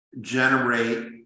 generate